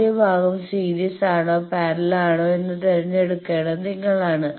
ആദ്യ ഭാഗം സീരീസാണോ പാരലൽ ആണോ എന്ന് തിരഞ്ഞെടുക്കേണ്ടത് നിങ്ങളാണ്